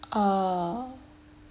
err